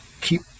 keep